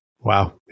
Wow